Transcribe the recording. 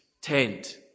tent